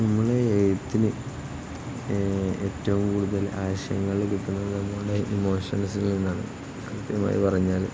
നമ്മുടെ എഴുത്തിന് ഏറ്റവും കൂടുതൽ ആശയങ്ങള് കിട്ടുന്നത് നമ്മുടെ ഇമോഷൻസിൽ നിന്നാണ് കൃത്യമായി പറഞ്ഞാല്